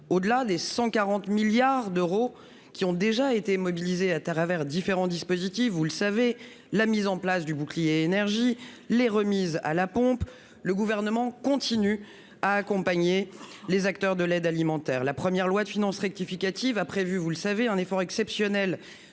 au-delà des 140 milliards d'euros qui ont déjà été mobilisés dans le cadre de différents dispositifs- mise en place du bouclier énergie, remises à la pompe ...-, le Gouvernement continue à accompagner les acteurs de l'aide alimentaire. La première loi de finances rectificative a prévu un effort exceptionnel